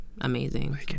amazing